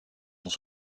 sont